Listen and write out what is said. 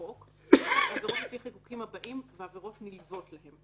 לחוק ועבירות לפי החיקוקים הבאים ועבירות נלוות להם: